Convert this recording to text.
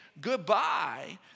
goodbye